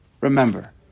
Remember